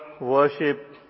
worship